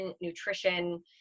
nutrition